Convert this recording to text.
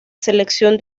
selección